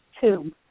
Two